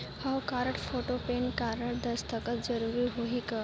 हव card, photo, PAN card, दस्खत जरूरी होही का?